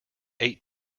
ate